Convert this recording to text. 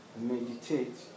meditate